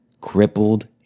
crippled